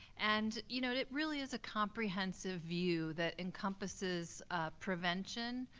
and you know it really is a comprehensive view that encompasses prevention,